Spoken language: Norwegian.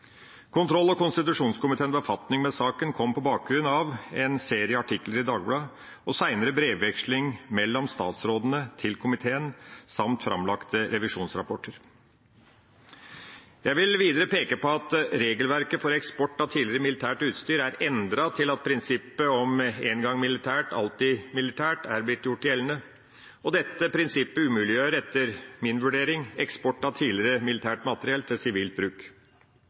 Kontroll- og konstitusjonskomiteens befatning med saken kom på bakgrunn av en serie artikler i Dagbladet og senere brevveksling mellom statsrådene og komiteen samt framlagte revisjonsrapporter. Jeg vil videre peke på at regelverket for eksport av tidligere militært utstyr er endret til at prinsippet om én gang militært, alltid militært er blitt gjort gjeldende, og dette prinsippet umuliggjør etter min vurdering eksport av tidligere militært materiell til sivilt bruk.